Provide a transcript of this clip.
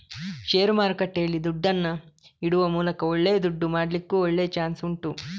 ಷೇರು ಮಾರುಕಟ್ಟೆಯಲ್ಲಿ ದುಡ್ಡನ್ನ ಇಡುವ ಮೂಲಕ ಒಳ್ಳೆ ದುಡ್ಡು ಮಾಡ್ಲಿಕ್ಕೂ ಒಳ್ಳೆ ಚಾನ್ಸ್ ಉಂಟು